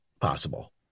possible